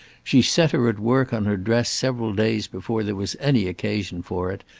she set her at work on her dress several days before there was any occasion for it,